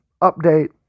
update